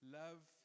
love